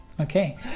Okay